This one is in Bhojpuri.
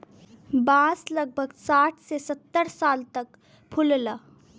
बांस लगभग साठ से सत्तर साल बाद फुलला